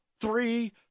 Three